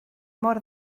mor